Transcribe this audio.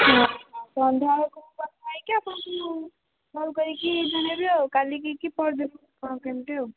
ସନ୍ଧ୍ୟାବେଳକୁ ମୁଁ କଥା ହୋଇକି ଆପଣଙ୍କୁ ମୁଁ କଲ୍ କରିକି ଜଣେଇବି କାଲି କି ପହରଦିନ କ'ଣ କେମିତି ଆଉ